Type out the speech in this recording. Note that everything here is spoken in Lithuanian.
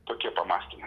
tokie pamąstymai